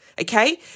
Okay